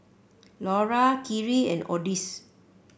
Lura Kyrie and Odis